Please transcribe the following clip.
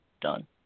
done